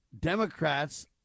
Democrats